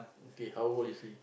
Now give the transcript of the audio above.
okay how old is he